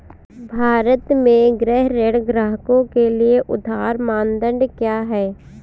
भारत में गृह ऋण ग्राहकों के लिए उधार मानदंड क्या है?